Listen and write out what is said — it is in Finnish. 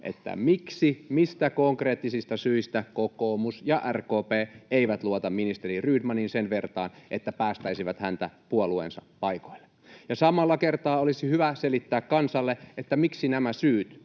tietää, miksi, mistä konkreettisista syistä kokoomus ja RKP eivät luota ministeri Rydmaniin sen vertaa, että päästäisivät häntä puolueensa paikoille. Ja samalla kertaa olisi hyvä selittää kansalle, miksi nämä syyt,